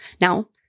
Now